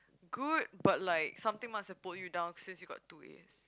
good but like something must have pulled you down since you got two As